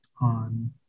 on